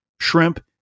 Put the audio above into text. shrimp